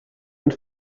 ens